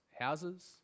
houses